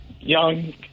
young